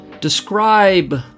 Describe